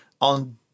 on